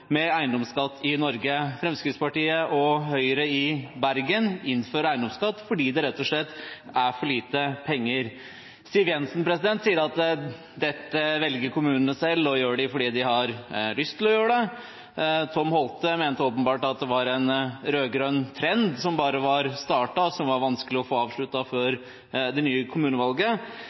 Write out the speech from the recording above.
med eiendomsskatt i Norge. Fremskrittspartiet og Høyre i Bergen innfører eiendomsskatt fordi det rett og slett er for lite penger. Siv Jensen sier at dette velger kommunene selv og gjør det fordi de har lyst til å gjøre det. Tom E. B. Holthe mente åpenbart at det var en rød-grønn trend som var startet, og som det var vanskelig å få